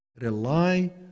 rely